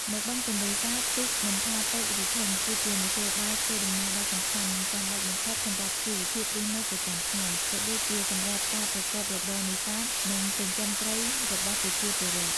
នៅបឹងទន្លេសាប ទូក មិនថាតូចឬធំ គឺជាមធ្យោបាយធ្វើដំណើរដ៏សំខាន់ និងចាំបាច់បំផុតសម្រាប់ជីវភាពរស់នៅប្រចាំថ្ងៃ ក៏ដូចជាសម្រាប់ការប្រកបរបរនេសាទ និងចិញ្ចឹមត្រីរបស់ប្រជាពលរដ្ឋ។